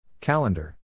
Calendar